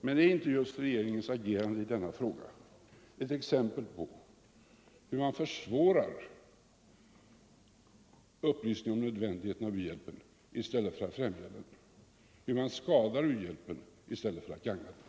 Men är inte regeringens agerande i denna fråga ett exempel på hur man försvårar upplysning om nödvändigheten av u-hjälpen i stället för att främja den, hur man skadar u-hjälpen i stället för att gagna den?